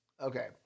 Okay